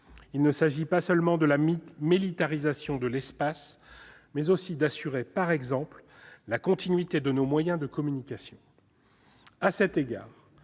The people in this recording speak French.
Il ne s'agit pas seulement de la militarisation de l'espace, mais aussi d'assurer, par exemple, la continuité de nos moyens de communication.